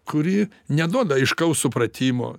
kuri neduoda aiškaus supratimo